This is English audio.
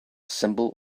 symbol